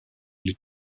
les